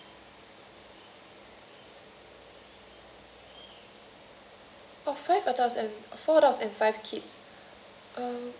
orh five adults and four adults and five kids